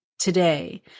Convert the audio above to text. today